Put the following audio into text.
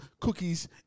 cookies